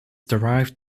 derived